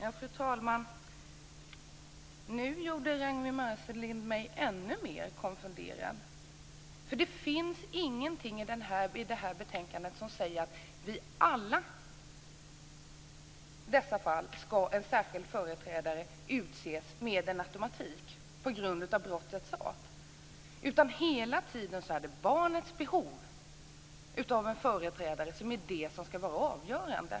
Fru talman! Nu gjorde Ragnwi Marcelind mig ännu mer konfunderad. Det finns ingenting i detta betänkande som säger att en särskild företrädare med automatik ska utses i alla dessa fall på grund av brottets art. Hela tiden är det barnets behov av en företrädare som ska vara avgörande.